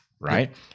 right